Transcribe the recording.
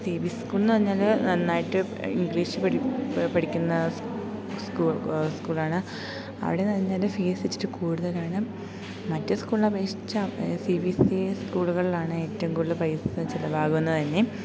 C B C സ്കൂളെന്നു പറഞ്ഞാൽ നന്നായിട്ട് ഇംഗ്ലീഷ് പഠിക്കുന്ന സ്കൂളാണ് അവിടെയെന്നു പറഞ്ഞാൽ ഫീസ് ഇച്ചിരി കൂടുതലാണ് മറ്റ് സ്കൂളുകളപേക്ഷിച്ച സി ബി എസ് സി സ്കൂളുകളിലാണ് ഏറ്റവും കൂടുതൽ പൈസ ചിലവാകുന്നതു തന്നെ